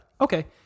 Okay